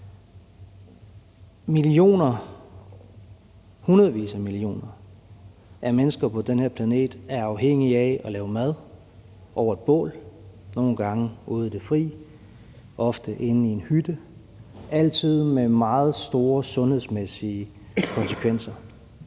Millioner, hundredvis af millioner af mennesker på den her planet er afhængige af at lave mad over et bål, nogle gange ude i det fri, ofte inde i en hytte, altid med meget store sundhedsmæssige konsekvenser.